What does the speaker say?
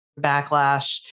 backlash